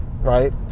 right